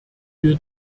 wir